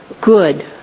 good